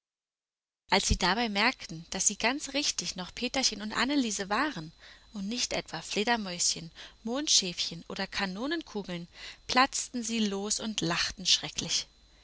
als sie dabei merkten daß sie ganz richtig noch peterchen und anneliese waren und nicht etwa fledermäuschen mondschäfchen oder kanonenkugeln platzten sie los und lachten schrecklich